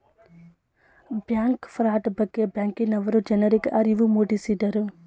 bank fraud ಬಗ್ಗೆ ಬ್ಯಾಂಕಿನವರು ಜನರಿಗೆ ಅರಿವು ಮೂಡಿಸಿದರು